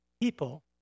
People